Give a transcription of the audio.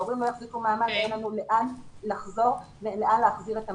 ההורים לא יחזיקו מעמד ולא יהיה לאן להחזיר את המשק.